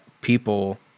people